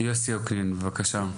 יוסף אוקנין, בבקשה.